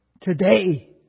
today